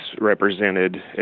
represented